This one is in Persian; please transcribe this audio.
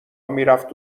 میرفت